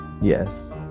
Yes